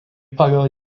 pagal